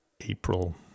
April